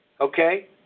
okay